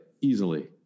easily